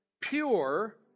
pure